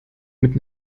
mit